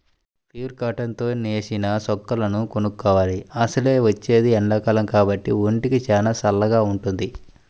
pure cotton తో నేసిన చొక్కాలను కొనుక్కోవాలి, అసలే వచ్చేది ఎండాకాలం కాబట్టి ఒంటికి చానా చల్లగా వుంటది